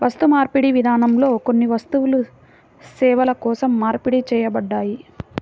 వస్తుమార్పిడి విధానంలో కొన్ని వస్తువులు సేవల కోసం మార్పిడి చేయబడ్డాయి